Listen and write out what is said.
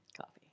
coffee